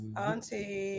Auntie